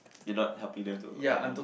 you not helping them to add on